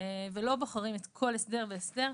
ולא בוחרים כל הסדר והסדר.